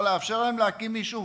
או שיאפשרו להם להקים יישוב.